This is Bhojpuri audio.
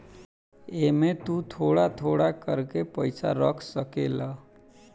एमे तु थोड़ा थोड़ा कर के पईसा रख सकेल